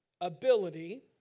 ability